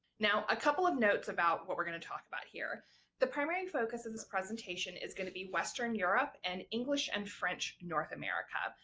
now a couple of notes about what we're going to talk about here the primary focus of this presentation is going to be western europe and english and french north america.